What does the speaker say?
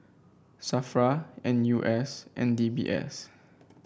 Safra N U S and D B S